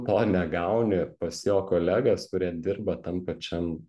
to negauni pas jo kolegas kurie dirba tam pačiam